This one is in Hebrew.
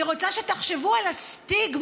אני רוצה שתחשבו על הסטיגמות,